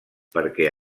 perquè